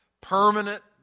permanent